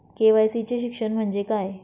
KYC चे शिक्षण म्हणजे काय?